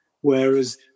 Whereas